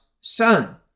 son